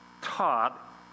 taught